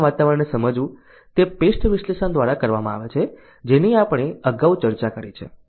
બજારના વાતાવરણને સમજવું તે PEST વિશ્લેષણ દ્વારા કરવામાં આવે છે જેની આપણે અગાઉ ચર્ચા કરી છે